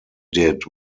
did